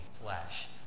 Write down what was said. flesh